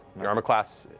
your armor class